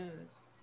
news